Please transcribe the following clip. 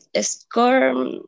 score